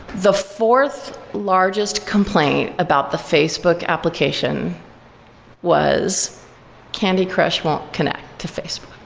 the fourth largest complaint about the facebook application was candy crush won't connect to facebook.